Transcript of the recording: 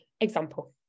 example